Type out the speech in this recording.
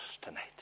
tonight